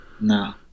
No